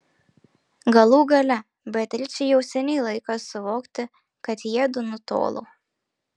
galų gale beatričei jau seniai laikas suvokti kad jiedu nutolo